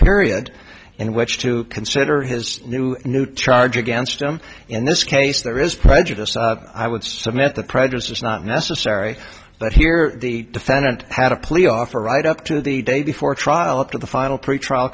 period in which to consider his new new charge against him in this case there is prejudice i would submit that prejudice is not necessary but here the defendant had a plea offer right up to the day before trial up to the final pretrial